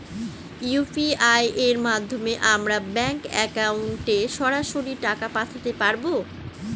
UPI এর মাধ্যমে আমরা ব্যাঙ্ক একাউন্টে সরাসরি টাকা পাঠাতে পারবো?